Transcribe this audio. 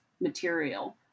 material